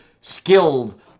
skilled